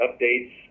updates